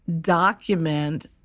document